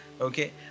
okay